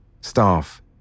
staff